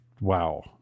wow